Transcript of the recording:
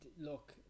look